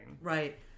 Right